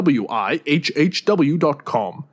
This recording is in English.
wihhw.com